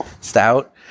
Stout